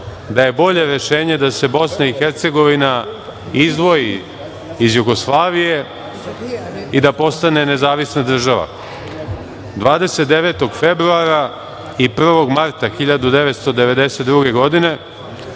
da je bolje rešenje da se BiH izdvoji iz Jugoslavije i da postane nezavisna država. Dana 29. februara i 1. marta 1992. godine